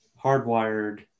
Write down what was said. hardwired